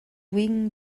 wings